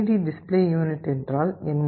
D display unit என்றால் என்ன